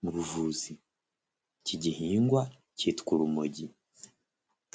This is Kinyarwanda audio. mu buvuzi. iki gihingwa cyitwa urumogi.